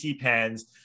pens